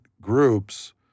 groups